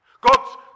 God